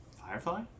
Firefly